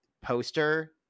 poster